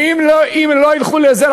ואם הם לא ילכו לזה,